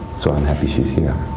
so i'm happy she's here.